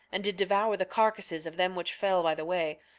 and did devour the carcasses of them which fell by the way,